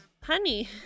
honey